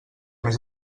més